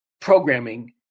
programming